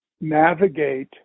navigate